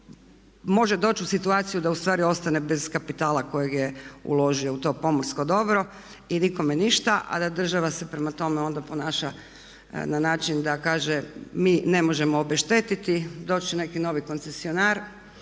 može doći u situaciju da ustvari ostane bez kapitala kojeg je uložio u to pomorsko dobro i nikome ništa a da država se prema tome onda ponaša na način da kaže mi ne možemo obeštetiti, doći će neki novi koncesionar